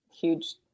huge –